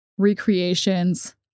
Recreations